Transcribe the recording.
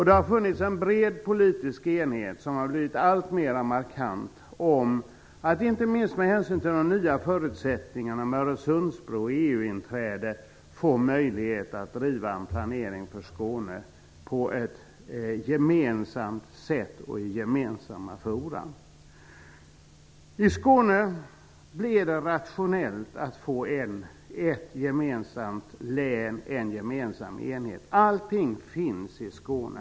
Det har funnits en bred politisk enhet, och denna har blivit alltmera markant, om att inte minst med hänsyn till de nya förutsättningarna i och med Öresundsbron och EU inträdet få möjlighet att driva en planering för Skåne - gemensamt och i gemensamma forum. I Skåne blir det rationellt att få ett gemensamt län, en gemensam enhet. Allting finns ju i Skåne.